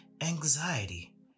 anxiety